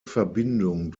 verbindung